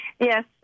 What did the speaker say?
Yes